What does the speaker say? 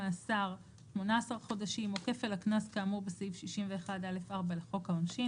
מאסר 18 חודשים או כפל הקנס כאמור בסעיף 61(א)(4) לחוק העונשין,